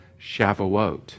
Shavuot